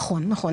נכון, נכון.